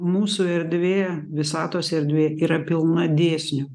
mūsų erdvė visatos erdvė yra pilna dėsnių